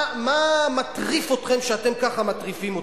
מה מטריף אתכם שאתם ככה מטריפים אותנו?